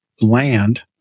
land